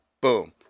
Boom